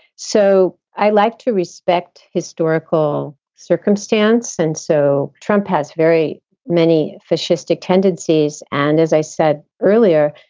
so i like to respect historical circumstance. and so trump has very many fascistic tendencies. and as i said earlier,